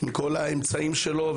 עם כל האמצעים שלו,